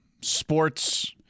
sports